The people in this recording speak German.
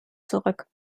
zurück